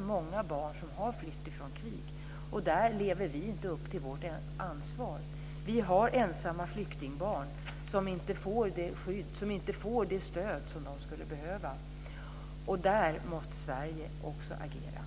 många barn som har flytt från krig kommer till Sverige. Och vi lever inte upp till vårt ansvar. Vi har ensamma flyktingbarn som inte får det skydd och det stöd som de skulle behöva. I detta sammanhang måste Sverige också agera.